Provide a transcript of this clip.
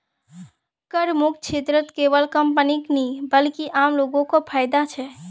करमुक्त क्षेत्रत केवल कंपनीय नी बल्कि आम लो ग को फायदा छेक